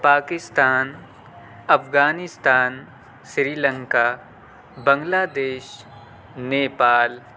Pakistan Afghanistan Sri Lanka Bangladesh Nepal